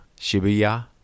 Shibuya